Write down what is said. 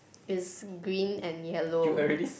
is green and yellow